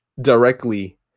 directly